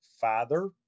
father